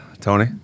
Tony